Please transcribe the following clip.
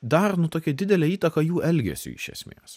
daro nu tokią didelę įtaką jų elgesiui iš esmės